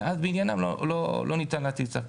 בעניינם לא ניתן להטיל צו פיקוח.